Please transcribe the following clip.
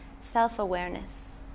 self-awareness